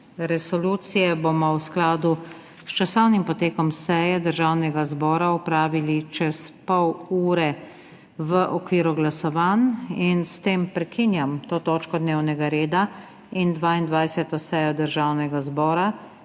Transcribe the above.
resolucije bomo v skladu s časovnim potekom seje Državnega zbora opravili čez pol ure v okviru glasovanj. S tem prekinjam to točko dnevnega reda in 22. sejo državnega zbora,